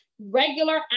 regular